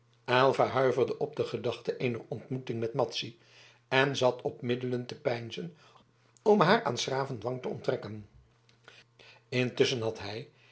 aylva huiverde op de gedachte eener ontmoeting met madzy en zat op middelen te peinzen om haar aan s graven dwang te onttrekken intusschen had hij